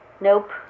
Nope